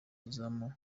izamu